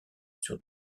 sur